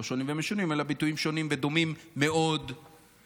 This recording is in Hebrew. לא שונים ומשונים אלא ביטויים שונים ודומים מאוד לסרבנות,